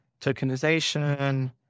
tokenization